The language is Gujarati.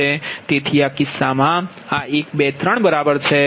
તેથી આ કિસ્સામાં આ 1 2 3 બરાબર છે